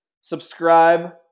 Subscribe